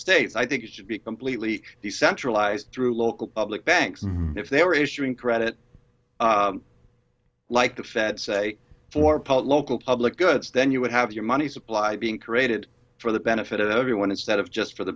states i think it should be completely decentralized through local public banks if they were issuing credit like the fed say for pole local public goods then you would have your money supply being created for the benefit of everyone instead of just for the